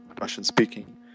Russian-speaking